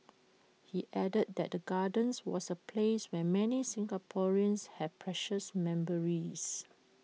he added that the gardens was A place where many Singaporeans have precious memories